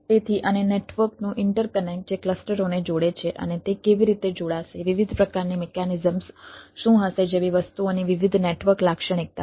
તેથી અને નેટવર્કનું ઇન્ટરકનેક્ટ જે ક્લસ્ટરોને જોડે છે અને તે કેવી રીતે જોડાશે વિવિધ પ્રકારની મિકેનિઝમ્સ શું હશે જેવી વસ્તુઓની વિવિધ નેટવર્ક લાક્ષણિકતા છે